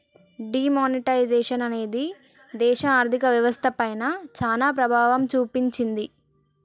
D monetisation అనేది దేశ ఆర్ధిక వ్యవస్థ పైన చానా ప్రభావం చూపించింది